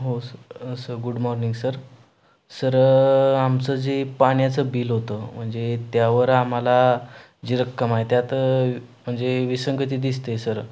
हो स sir good morning sir sir आमचं जे पाण्याचं बिल होतं म्हणजे त्यावर आम्हाला जी रक्कम आहे त्यात म्हणजे विसंगती दिसते आहे सर